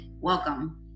welcome